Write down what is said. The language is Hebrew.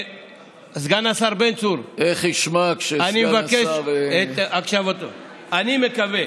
סגן השר בן צור, איך ישמע כשסגן השר, אני מקווה